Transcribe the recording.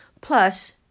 plus